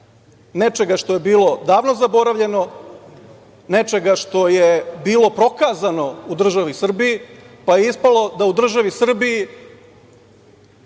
Nečega što je bilo davno zaboravljeno, nečega što je bilo prokazano u državi Srbiji, pa je ispalo da u državi Srbiji